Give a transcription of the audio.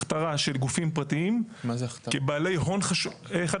הכתרה של גופים פרטיים כבעלי הון חדשים.